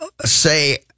say